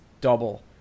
double